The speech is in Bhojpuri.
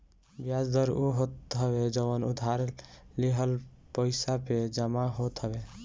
बियाज दर उ होत हवे जवन उधार लिहल पईसा पे जमा होत हवे